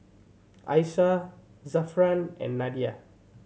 Aisyah Zafran and Nadia